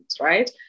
right